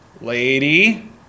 Lady